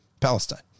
Palestine